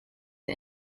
the